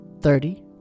thirty